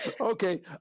Okay